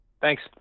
Thanks